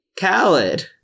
Khaled